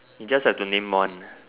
you just have to name one